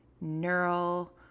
neural